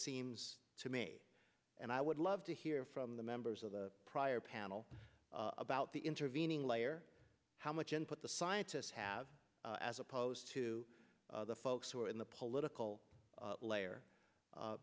seems to me and i would love to hear from the members of the prior panel about the intervening layer how much input the scientists have as opposed to the folks who are in the political layer